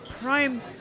Prime